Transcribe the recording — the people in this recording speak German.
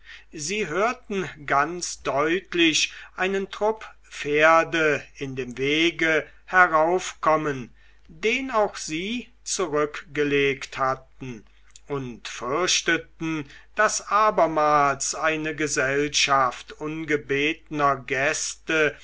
sie hörten ganz deutlich einen trupp pferde in dem wege heraufkommen den auch sie zurückgelegt hatten und fürchteten daß abermals eine gesellschaft ungebetener gäste